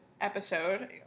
episode